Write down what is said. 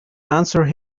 answer